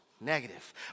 negative